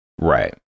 Right